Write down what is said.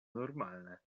normalne